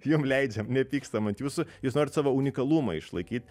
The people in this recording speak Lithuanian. jum leidžiam nepykstam ant jūsų jūs norit savo unikalumą išlaikyt